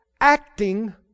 acting